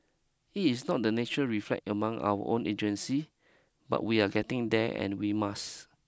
it is not the natural reflex among our own agency but we are getting there and we must